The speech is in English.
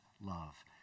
love